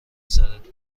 سرت